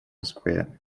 square